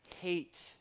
hate